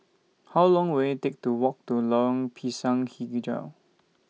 How Long Will IT Take to Walk to Lorong Pisang Hijau